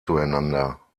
zueinander